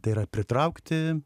tai yra pritraukti